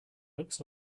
looks